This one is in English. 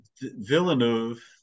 villeneuve